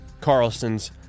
Carlson's